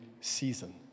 season